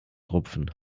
rupfen